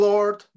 Lord